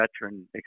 veteran